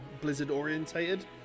Blizzard-orientated